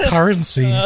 Currency